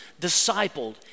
discipled